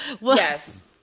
Yes